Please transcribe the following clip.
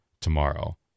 tomorrow